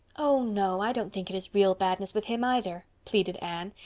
oh, no, i don't think it is real badness with him either, pleaded anne.